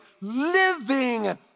living